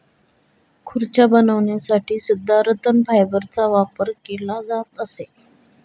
खुर्च्या बनवण्यासाठी सुद्धा रतन फायबरचा वापर केला जात असे